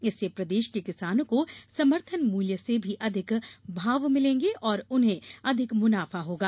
इससे प्रदेश के किसानों को समर्थन मूल्य से भी अधिक भाव मिलेगे और उन्हें अधिक मुनाफा होगा